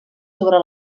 sobre